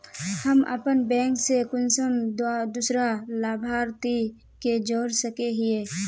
हम अपन बैंक से कुंसम दूसरा लाभारती के जोड़ सके हिय?